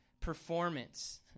performance